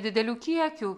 didelių kiekių